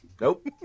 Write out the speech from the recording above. Nope